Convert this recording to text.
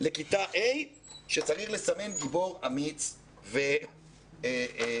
לכיתה ה', שצריך לסמן "גיבור", "אמיץ" ו"חזק".